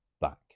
back